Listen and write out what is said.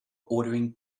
ordering